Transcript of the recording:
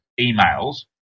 emails